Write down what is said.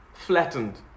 Flattened